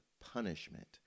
punishment